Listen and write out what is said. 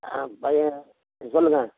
ஆ பையன் ம் சொல்லுங்க